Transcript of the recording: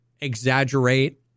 exaggerate